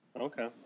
Okay